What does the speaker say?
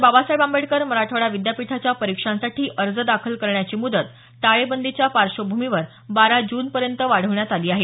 बाबासाहेब आंबेडकर मराठवाडा विद्यापीठाच्या परीक्षांसाठी अर्ज दाखल करण्याची मुदत टाळेबंदीच्या पार्श्वभूमीमुळे बारा जूनपर्यंत वाढवण्यात आली आहे